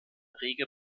rege